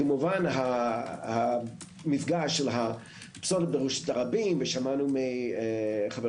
כמובן המפגש של- -- ושמענו מחבר